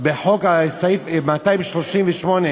סעיף, 238,